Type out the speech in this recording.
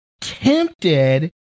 tempted